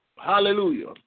hallelujah